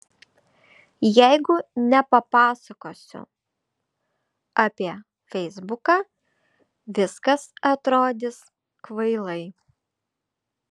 jeigu nepapasakosiu apie feisbuką viskas atrodys kvailai